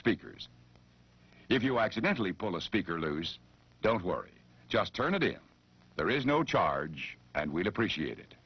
speakers if you accidentally pull a speaker loose don't worry just turn it in there is no charge and we'd appreciate it